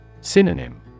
Synonym